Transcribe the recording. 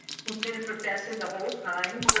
she's been a professor the whole time.